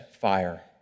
fire